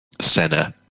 Senna